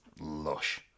lush